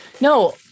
No